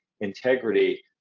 integrity